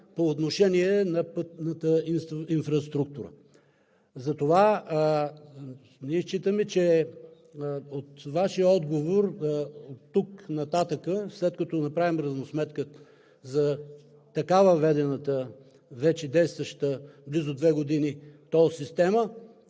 по отношение на пътната инфраструктура. Затова ние считаме, че от Вашия отговор оттук нататък, след като направим равносметка за така въведената вече действаща близо две години тол система,